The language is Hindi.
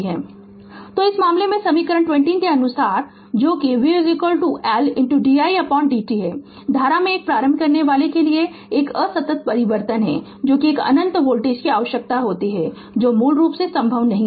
Refer Slide Time 1459 तो इस मामले में समीकरण 20 के अनुसार जो कि v L didt है धारा में एक प्रारंभ करने वाले के लिए एक असंतत परिवर्तन है जो कि एक अनंत वोल्टेज की आवश्यकता होती है जो मूल रूप से संभव नहीं है